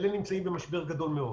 הם נמצאים במשבר גדול מאוד.